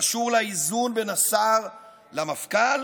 קשור לאיזון בין השר למפכ"ל